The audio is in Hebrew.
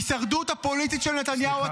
ההישרדות הפוליטית של נתניהו,